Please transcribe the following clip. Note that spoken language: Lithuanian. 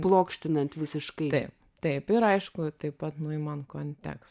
plokštinant visiškai taip taip ir aišku taip pat nuimant kontekstą